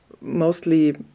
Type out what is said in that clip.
mostly